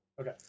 Okay